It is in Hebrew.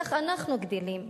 כך אנחנו גדלים,